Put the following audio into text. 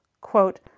Quote